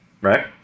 Right